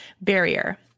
barrier